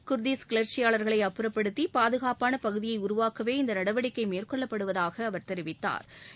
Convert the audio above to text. குர்தீஸ் கிளர்ச்சியாளர்களை அப்புறப்படுத்தி பாதுகாப்பான பகுதியை உருவாக்கவே இந்த நடவடிக்கை மேற்கொள்ளப்படுவதாக அவர் தெரிவித்தாா்